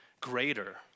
greater